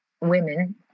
women